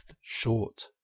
short